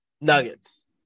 Nuggets